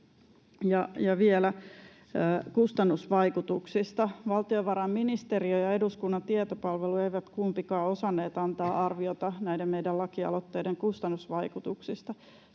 Ja vielä kustannusvaikutuksista: Valtiovarainministeriö ja eduskunnan tietopalvelu eivät kumpikaan osanneet antaa arviota näiden meidän lakialoitteiden kustannusvaikutuksista.